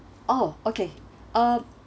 oh okay uh